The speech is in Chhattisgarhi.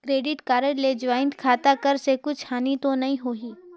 क्रेडिट कारड मे ज्वाइंट खाता कर से कुछ हानि तो नइ होही?